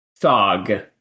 Thog